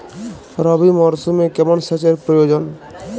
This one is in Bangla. রবি মরশুমে কেমন সেচের প্রয়োজন?